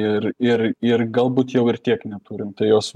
ir ir ir galbūt jau ir tiek neturim tai jos